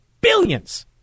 billions